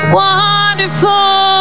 wonderful